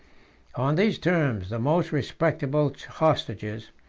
on these terms, the most respectable hostages,